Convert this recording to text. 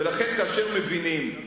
ולכן כאשר מבינים,